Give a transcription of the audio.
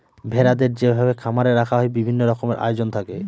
ভেড়াদের যেভাবে খামারে রাখা হয় বিভিন্ন রকমের আয়োজন থাকে